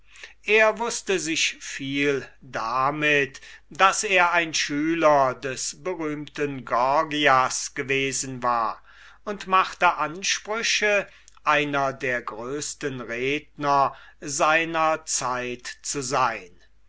er wußte sich viel damit daß er ein schüler des berühmten gorgias gewesen war und machte ansprüche einer der größten redner seiner zeit zu sein